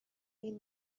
این